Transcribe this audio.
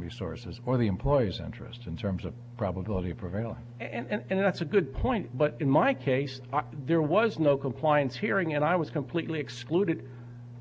resources or the employees interest in terms of probability prevail and that's a good point but in my case there was no compliance hearing and i was completely excluded